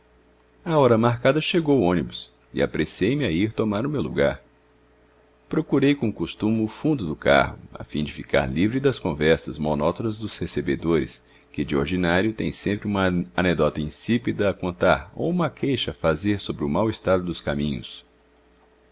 a hora marcada chegou o ônibus e apressei me a ir tomar o meu lugar procurei como costumo o fundo do carro a fim de ficar livre das conversas monótonas dos recebedores que de ordinário têm sempre uma anedota insípida a contar ou uma queixa a fazer sobre o mau estado dos caminhos